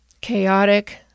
Chaotic